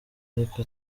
ariko